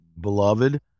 beloved